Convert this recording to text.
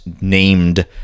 named